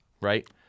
right